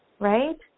right